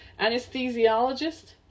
anesthesiologist